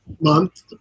month